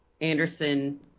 Anderson